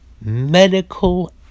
medical